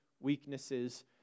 weaknesses